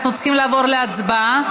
אנחנו צריכים לעבור להצבעה,